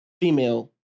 female